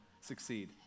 succeed